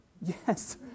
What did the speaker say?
Yes